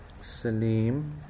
Salim